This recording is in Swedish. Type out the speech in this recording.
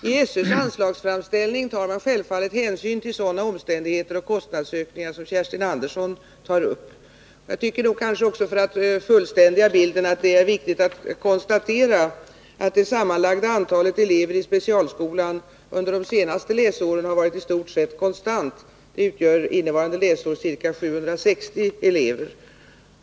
I SÖ:s anslagsframställning tar man självfallet hänsyn till sådana omständigheter och kostnadsökningar som Kerstin Andersson i Hjärtum tar upp. Jag tycker att det för att fullständiga bilden är viktigt att konstatera att det sammanlagda antalet elever i specialskolan under de senaste läsåren har varit i stort sett konstant. Det utgör innevarande läsår ca 760 elever.